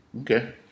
okay